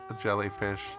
Jellyfish